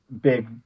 big